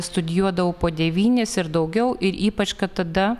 studijuodavo po devynis ir daugiau ir ypač kad tada